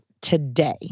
today